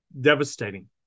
devastating